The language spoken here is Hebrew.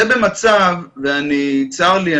זה במצב וצר לי,